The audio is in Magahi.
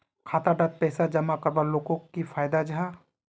खाता डात पैसा जमा करवार लोगोक की फायदा जाहा?